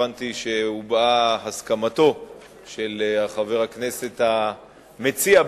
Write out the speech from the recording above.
הבנתי שהובעה הסכמתו בשלב זה של חבר הכנסת המציע,